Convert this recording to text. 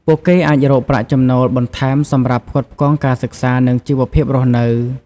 ពួកគេអាចរកប្រាក់ចំណូលបន្ថែមសម្រាប់ផ្គត់ផ្គង់ការសិក្សា និងជីវភាពរស់នៅ។